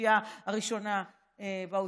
בשלישייה הראשונה ב-OECD,